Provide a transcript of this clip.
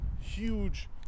huge